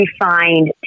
refined